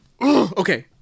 okay